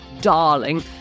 darling